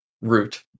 Root